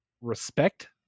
respect